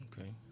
Okay